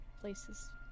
places